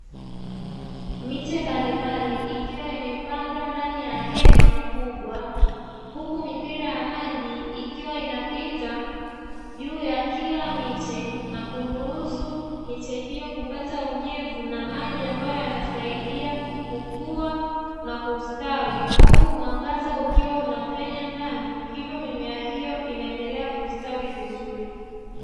Miche mbalimbali ikiwa imepandwa ndani ya hema kubwa, huku mipira ya maji ikiwa inapita juu ya kila miche na kuruhusu miche hiyo kupata unyevu na maji ambayo yanasaidia kukua na kustawi huku mwangaza ukiwa unapenya ndani, hivyo mimea hiyo inaendelea kustawi vizuri.